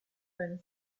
than